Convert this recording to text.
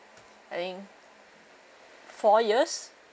I think four years